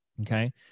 Okay